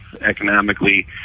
economically